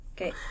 Okay